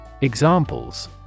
Examples